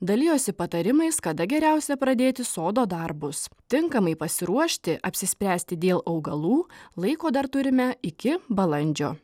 dalijosi patarimais kada geriausia pradėti sodo darbus tinkamai pasiruošti apsispręsti dėl augalų laiko dar turime iki balandžio